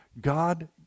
God